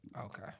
Okay